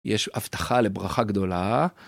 יש הבטחה לברכה גדולה.